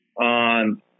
on